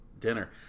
dinner